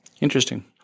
Interesting